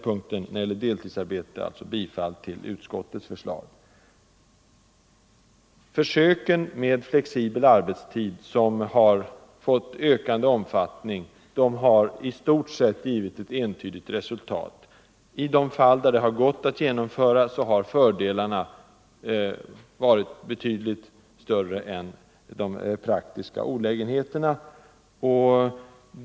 Jag yrkar alltså vid punkten 6, som handlar om del Försöken med flexibel arbetstid, som har fått ökande omfattning, har i stort sett givit ett gott resultat. I de fall där flexibel arbetstid har gått att genomföra, har fördelarna varit betydligt större än de praktiska olägenheterna.